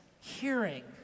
hearing